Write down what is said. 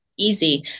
easy